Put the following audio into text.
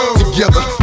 Together